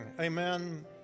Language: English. Amen